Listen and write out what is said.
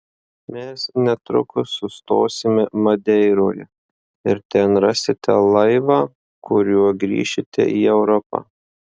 mes netrukus sustosime madeiroje ir ten rasite laivą kuriuo grįšite į europą